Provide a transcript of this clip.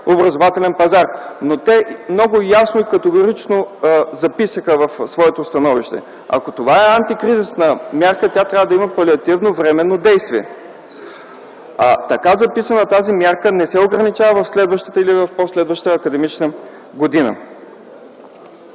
образователен пазар. Те много ясно и категорично записаха в своето становище, че ако това е антикризисна мярка, тя трябва да има палиативно, временно действие. Така записана, тази временна мярка не се ограничава за следващата или по-следващата академична година.